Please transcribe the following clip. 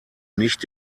nicht